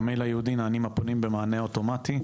במייל הייעודי, נענים הפונים במענה אוטומטי,